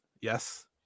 Yes